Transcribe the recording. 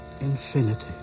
infinity